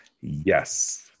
yes